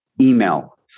email